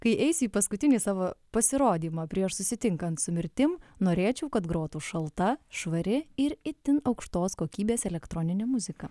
kai eisi į paskutinį savo pasirodymą prieš susitinkant su mirtim norėčiau kad grotų šalta švari ir itin aukštos kokybės elektroninė muzika